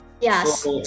Yes